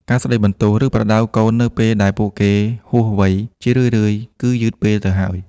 ការស្ដីបន្ទោស ឬប្រដៅកូននៅពេលដែលពួកគេហួសវ័យ ជារឿយៗគឺយឺតពេលទៅហើយ។